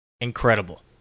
incredible